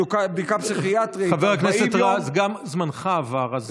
בדיקה פסיכיאטרית, חבר הכנסת רז, גם זמנך עבר.